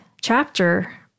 chapter